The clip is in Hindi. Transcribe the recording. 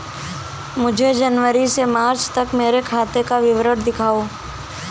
मुझे जनवरी से मार्च तक मेरे खाते का विवरण दिखाओ?